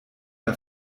der